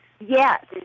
Yes